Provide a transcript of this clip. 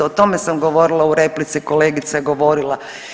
O tome sam govorila u replici, kolegica je govorila.